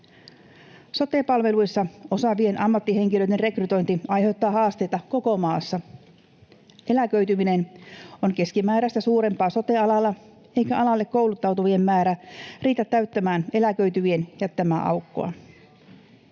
Sote-palveluissa osaavien ammattihenkilöiden rekrytointi aiheuttaa haasteita koko maassa. Eläköityminen on keskimääräistä suurempaa sote-alalla, eikä alalle kouluttautu-vien määrä riitä täyttämään eläköityvien jättämää aukkoa.